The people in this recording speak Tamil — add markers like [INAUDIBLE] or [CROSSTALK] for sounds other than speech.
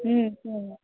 ம் [UNINTELLIGIBLE]